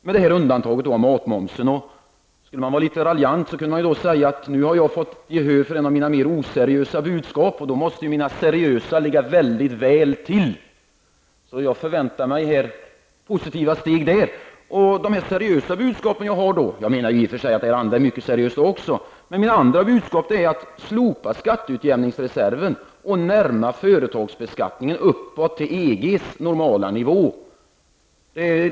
Men interpellanten ställde ju frågor om fördelningseffekterna av skatteomläggningen i dess helhet.